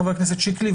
חבר הכנסת שיקלי,